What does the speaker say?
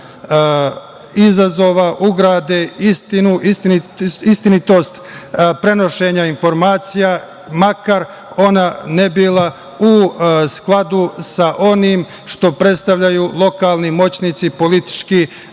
izazova ugrade istinitost prenošenja informacija, makar ona ne bila u skladu sa onim što predstavljaju lokalni moćnici, politički